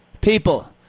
People